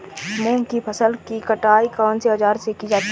मूंग की फसल की कटाई कौनसे औज़ार से की जाती है?